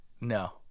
No